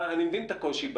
אני מבין את הקושי,